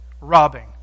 robbing